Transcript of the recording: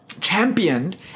championed